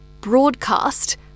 broadcast